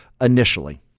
initially